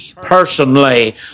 personally